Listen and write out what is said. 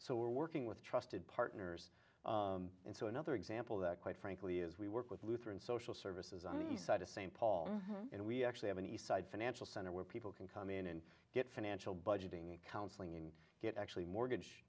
so we're working with trusted partners and so another example that quite frankly is we work with lutheran social services on the east side of st paul and we actually have an east side financial center where people can come in and get financial budgeting counseling and get actually mortgage